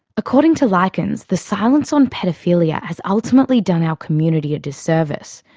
according to lykins, the silence on paedophilia has ultimately done our community a disservice,